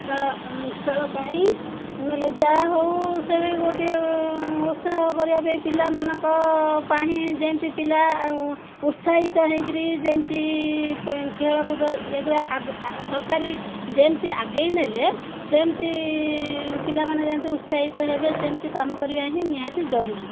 ଖେଳ ଖେଳ ପାଇଁ ନହେଲେ ଯାହା ହଉ ସେଇ ଗୋଟିଏ ଉତ୍ସାହ କରିବା ପାଇଁ ପିଲାମାନଙ୍କ ପାଇଁ ଯେମିତି ପିଲା ଉତ୍ସାହିତ ହେଇକିରି ଯେମିତି ଖେଳକୁଦ ଏଗୁଡ଼ା ଆ ସରକାରୀ ଯେମିତି ଆଗେଇ ନେଲେ ସେମିତି ପିଲାମାନେ ଯେମିତି ଉତ୍ସାହିତ ହେବେ ସେମିତି କାମ କରିବା ହିଁ ନିହାତି ଜରୁରୀ